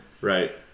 Right